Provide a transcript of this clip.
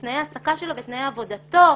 תנאי ההעסקה שלו ותנאי העבודה שלו,